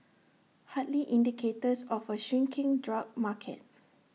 hardly indicators of A shrinking drug market